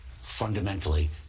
fundamentally